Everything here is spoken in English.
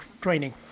training